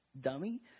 dummy